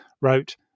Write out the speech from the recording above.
wrote